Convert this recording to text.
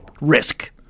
risk